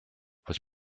was